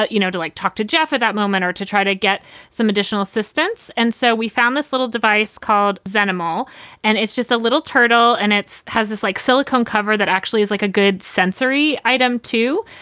but you know, to like talk to jeff at that moment or to try to get some additional assistance. and so we found this little device called xenomorph and it's just a little turtle. and it has this like silicone cover that actually is like a good sensory item, too.